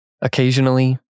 Occasionally